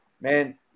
man